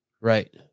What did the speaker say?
right